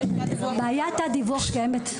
בעיית הדיווח קיימת.